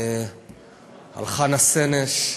חנה סנש,